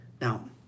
Now